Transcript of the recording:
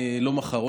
לא מחר,